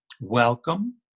welcome